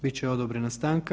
Bit će odobrena stanka.